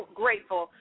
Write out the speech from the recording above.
grateful